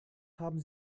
haben